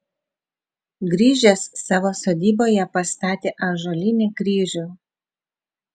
grįžęs savo sodyboje pastatė ąžuolinį kryžių